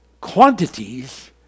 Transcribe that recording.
quantities